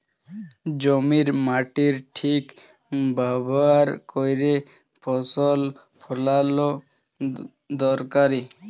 জমির মাটির ঠিক ব্যাভার ক্যইরে ফসল ফলাল দরকারি